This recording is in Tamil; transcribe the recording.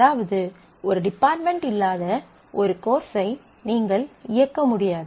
அதாவது ஒரு டிபார்ட்மென்ட் இல்லாத ஒரு கோர்ஸை நீங்கள் இயக்க முடியாது